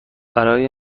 برای